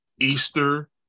Easter